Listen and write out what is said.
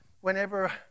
whenever